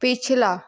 ਪਿਛਲਾ